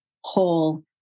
whole